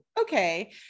okay